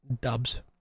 dubs